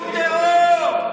ארגון טרור.